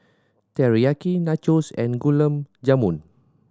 Teriyaki Nachos and Gulab Jamun